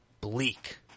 bleak